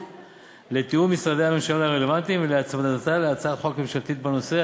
לתיאום עם משרדי הממשלה הרלוונטיים ולהצמדתה להצעת חוק ממשלתית בנושא.